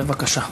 בבקשה.